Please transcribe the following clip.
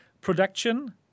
production